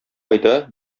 айда